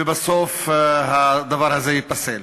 ובסוף הדבר הזה ייפסל.